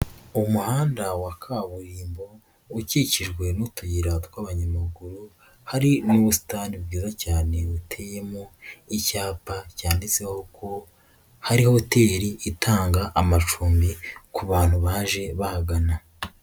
Umuhanda wa kaburimbo ukikijwe n'utuyira tw'abanyamaguru, hari n'ubusitani bwizara cyane buteyemo icyapa cyanditseho ko hari hoteli itanga amacumbi ku bantu baje bahagana.